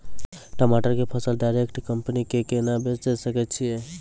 टमाटर के फसल डायरेक्ट कंपनी के केना बेचे सकय छियै?